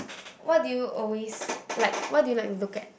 what do you always like what do you like to look at